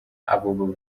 aba